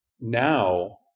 now